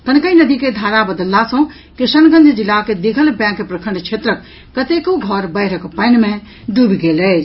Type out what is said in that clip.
कनकई नदी के धारा बदलला सँ किशनगंज जिलाक दिघल बैंक प्रखंड क्षेत्रक कतेको घर बाढ़िक पानि मे डूबि गेल अछि